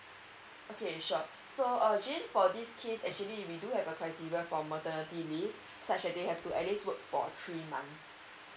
okay sure so uh jane for this case actually we do have a criteria for maternity leave such that they have to at least work for three months